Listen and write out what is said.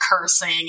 cursing